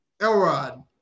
Elrod